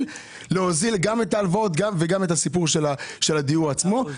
גם את ההלוואות וגם את הסיפור של הדיור עצמו.